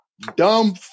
dumb